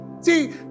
See